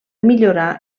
millorar